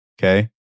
Okay